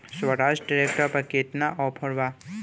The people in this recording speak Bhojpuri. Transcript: स्वराज ट्रैक्टर पर केतना ऑफर बा?